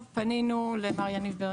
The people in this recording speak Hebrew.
פנינו למר יניב,